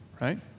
Right